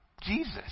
jesus